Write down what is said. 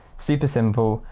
super simple,